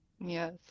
yes